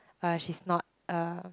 but she's not a